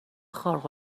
خارق